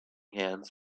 hands